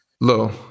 Low